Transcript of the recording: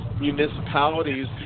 Municipalities